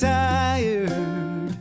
tired